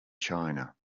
china